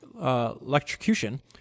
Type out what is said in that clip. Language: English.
electrocution